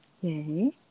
Yay